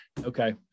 Okay